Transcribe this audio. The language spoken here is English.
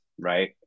right